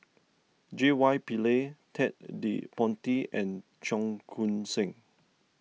J Y Pillay Ted De Ponti and Cheong Koon Seng